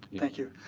thank you.